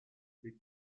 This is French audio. les